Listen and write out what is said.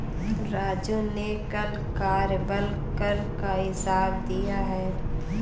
राजू ने कल कार्यबल कर का हिसाब दिया है